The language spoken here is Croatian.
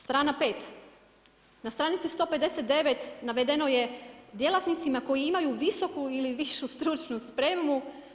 Strana 5. Na stranici 159. navedeno je: „Djelatnicima koji imaju visoku ili višu stručnu spremu.